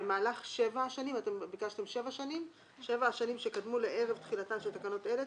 במהלך שבע השנים שקדמו לערב תחילתן של תקנות אלה,